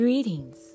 Greetings